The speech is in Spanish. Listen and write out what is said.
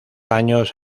años